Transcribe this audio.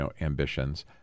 ambitions